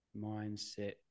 Mindset